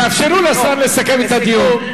תאפשרו לשר לסכם את הדיון.